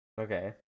Okay